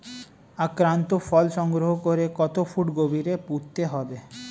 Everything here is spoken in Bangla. আক্রান্ত ফল সংগ্রহ করে কত ফুট গভীরে পুঁততে হবে?